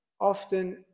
often